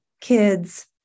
kids